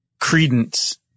credence